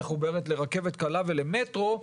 אנחנו באמת לרכבת קלה ולמטרו,